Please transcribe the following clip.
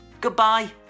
Goodbye